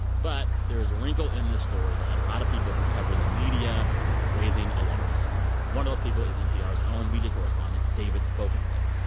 but there is a wrinkle in this story that had a lot of people who cover the media raising alarms one of those people is npr's own media correspondent, david folkenflik.